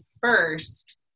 first